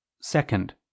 second